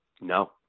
No